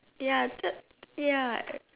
ya ya I am